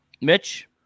Mitch